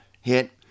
hit